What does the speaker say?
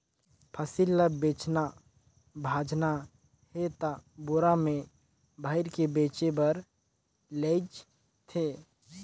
फसिल ल बेचना भाजना हे त बोरा में भइर के बेचें बर लेइज थें